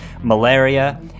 malaria